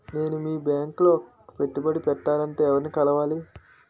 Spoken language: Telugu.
నేను మీ బ్యాంక్ లో పెట్టుబడి పెట్టాలంటే ఎవరిని కలవాలి?